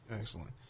Excellent